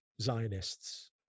Zionists